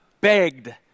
begged